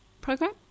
program